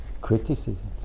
Criticism